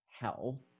hell